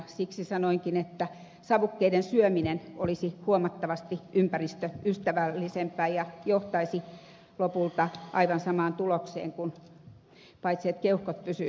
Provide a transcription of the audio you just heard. siksi sanoinkin että savukkeiden syöminen olisi huomattavasti ympäristöystävällisempää ja johtaisi lopulta aivan samaan tulokseen paitsi että keuhkot pysyisi terveempänä